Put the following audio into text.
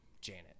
Janet